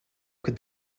could